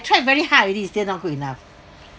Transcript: tried very hard already still not good enough